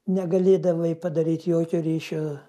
negalėdavai padaryt jokio ryšio